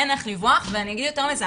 אין איך לברוח ואני אגיד יותר מזה,